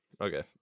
Okay